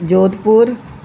Jodhpur